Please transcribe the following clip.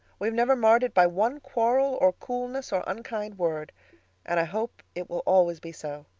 we've never marred it by one quarrel or coolness or unkind word and i hope it will always be so.